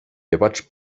debats